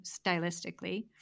stylistically